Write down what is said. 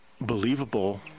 believable